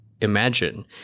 imagine